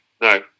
no